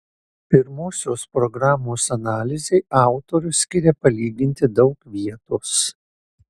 pirmosios programos analizei autorius skiria palyginti daug vietos